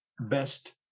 best